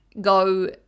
go